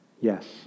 yes